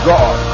God